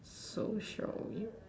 so shall we